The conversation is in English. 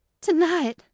Tonight